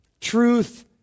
truth